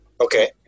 Okay